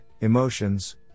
emotions